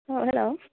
अ hello